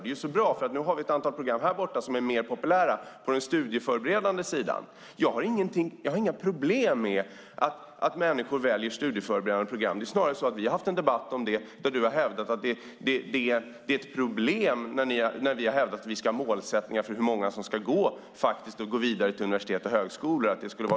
Det är så bra eftersom det nu finns ett antal program som är mer populära på den studieförberedande sidan. Jag har inga problem med att människor väljer studieförberedande program. Vi har haft en debatt där Jan Björklund har hävdat att det är ett problem för Sverige när vi har hävdat att det ska finnas mål för hur många som ska gå vidare till universitet och högskolor.